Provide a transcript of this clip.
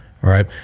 Right